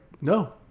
No